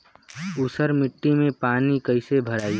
ऊसर मिट्टी में पानी कईसे भराई?